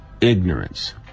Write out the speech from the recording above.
ignorance